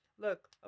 Look